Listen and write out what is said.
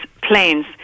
planes